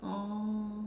oh